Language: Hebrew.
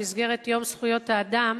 במסגרת יום זכויות האדם,